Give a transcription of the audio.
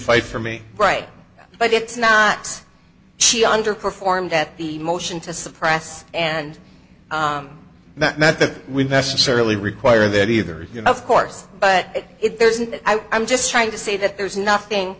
fight for me right but it's not she underperformed at the motion to suppress and that nothing would necessarily require that either you know of course but if there's an i'm just trying to say that there's nothing